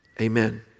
amen